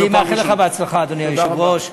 אני מאחל לך הצלחה, אדוני היושב-ראש.